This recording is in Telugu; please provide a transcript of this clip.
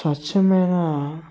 స్వచ్ఛమైన